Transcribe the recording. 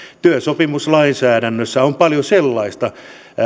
työsopimuslainsäädännössä on paljon sellaista